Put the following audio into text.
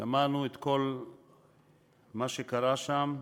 שמענו את כל מה שקרה שם,